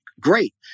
great